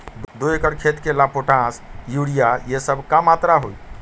दो एकर खेत के ला पोटाश, यूरिया ये सब का मात्रा होई?